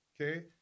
okay